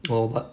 oh but